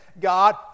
God